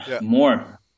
More